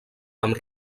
amb